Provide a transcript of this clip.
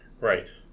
Right